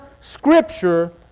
scripture